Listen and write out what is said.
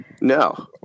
No